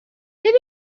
ببین